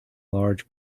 large